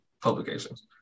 publications